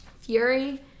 Fury